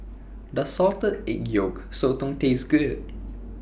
Does Salted Egg Yolk Sotong Taste Good